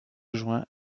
juin